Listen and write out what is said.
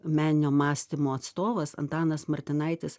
meninio mąstymo atstovas antanas martinaitis